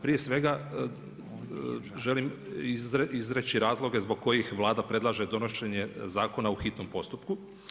Prije svega, želim izreći razloge zbog kojih Vlada predlaže donošenje zakona u hitnom postupku.